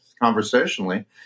conversationally